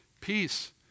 Peace